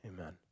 Amen